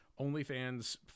OnlyFans